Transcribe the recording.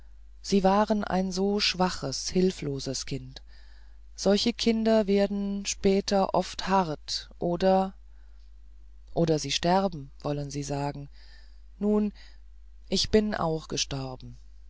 sie waren ein so schwaches hilfloses kind solche kinder werden später entweder hart oder oder sie sterben wollen sie sagen nun ich bin auch gestorben